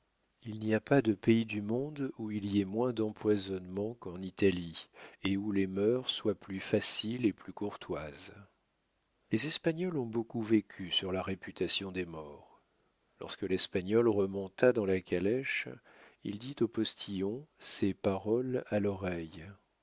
il n'y a pas de pays du monde où il y ait moins d'empoisonnements qu'en italie et où les mœurs soient plus faciles et plus courtoises les espagnols ont beaucoup vécu sur la réputation des maures lorsque l'espagnol remonta dans la calèche il dit au postillon ces paroles à l'oreille